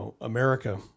America